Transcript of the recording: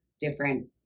different